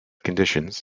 conditions